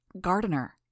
Gardener